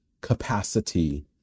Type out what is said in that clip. capacity